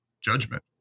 judgment